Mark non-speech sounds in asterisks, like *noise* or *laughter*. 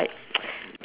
*noise* yup